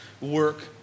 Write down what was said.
work